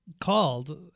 Called